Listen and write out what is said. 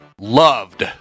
loved